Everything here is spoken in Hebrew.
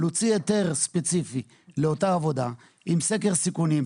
להוציא היתר ספציפי לאותה עבודה עם סקר סיכונים,